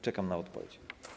Czekam na odpowiedź.